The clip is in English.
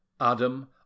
Adam